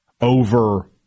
over